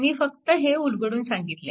मी फक्त हे उलगडून सांगितले